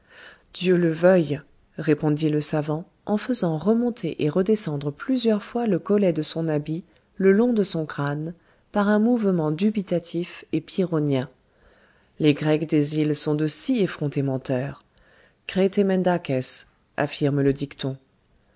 dieu le veuille répondit le savant en faisant remonter et redescendre plusieurs fois le collet de son habit le long de son crâne par un mouvement dubitatif et pyrrhonien les grecs sont de si effrontés menteurs cretœ mendaces affirme le dicton